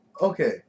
Okay